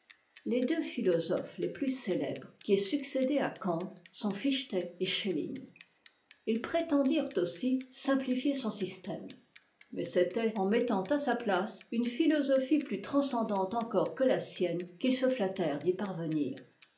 les deux philosophes ies plus cé èbres qui aient succédé à kant sont fichte et schelling ils prétendirent aussi simptiuer son système mais c'était en mettant à sa place une philosophie plus transcendante encore que a sienne qu'ils se nattèrent'd'y parvenir